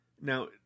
Now